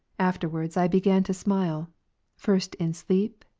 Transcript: afterwards i began to smile first in sleep,